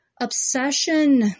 obsession